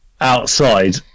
outside